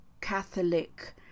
Catholic